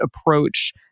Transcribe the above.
approach